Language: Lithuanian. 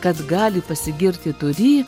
kad gali pasigirti turį